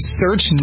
search